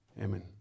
Amen